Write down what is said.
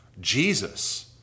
Jesus